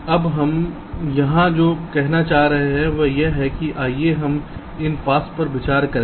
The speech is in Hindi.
अब हम यहां जो कहना चाह रहे हैं वह है आइए इन पाथ्स पर विचार करें